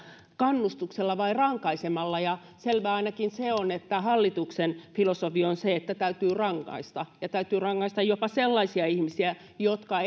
kannustuksella vai rankaisemalla selvää on ainakin se että hallituksen filosofia on se että täytyy rangaista ja täytyy rangaista jopa sellaisia ihmisiä jotka